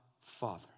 Father